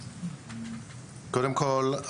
אני יושב ראש